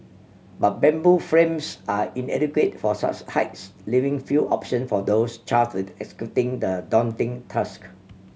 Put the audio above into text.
but bamboo frames are inadequate for such heights leaving few option for those charted executing the daunting task